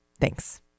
Thanks